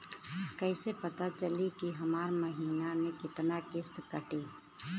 कईसे पता चली की हमार महीना में कितना किस्त कटी?